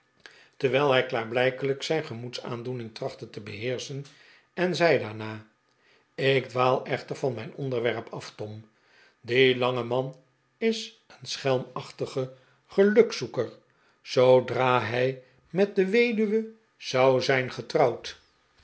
terwijl hij klaarblijkelijk zijn gemoedsaandoening trachtte te beheerschen en zei daarna ik dwaal echter van mijn onderwerp af tom die lange man is een schelmachtige gelukzoeker zoodra hij met de weduwe zou zijn getrouwd